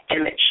image